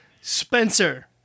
Spencer